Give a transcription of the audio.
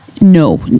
No